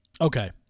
Okay